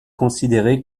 considérée